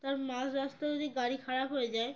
আর মাঝ রাস্তায় যদি গাড়ি খারাপ হয়ে যায়